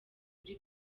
kuri